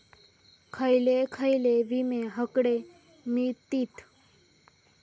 खयले खयले विमे हकडे मिळतीत?